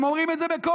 הם אומרים את זה בקול: